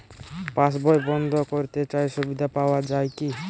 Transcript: পাশ বই বন্দ করতে চাই সুবিধা পাওয়া যায় কি?